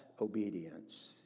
obedience